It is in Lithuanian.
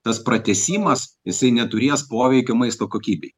tas pratęsimas jisai neturės poveikio maisto kokybei